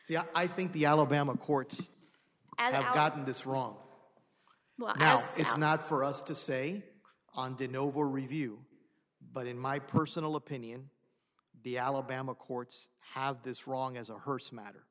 yeah i think the alabama courts have gotten this wrong now it's not for us to say on didn't over review but in my personal opinion the alabama courts have this wrong as a hearse matter